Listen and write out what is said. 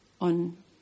on